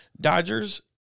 Dodgers